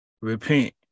Repent